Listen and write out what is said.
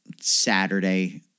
Saturday